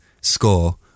score